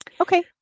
Okay